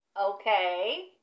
Okay